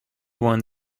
won